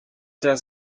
der